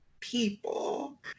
people